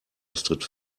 astrid